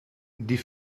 die